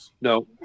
No